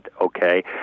okay